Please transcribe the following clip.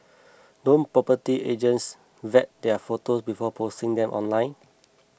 don't property agents vet their photo before posting them online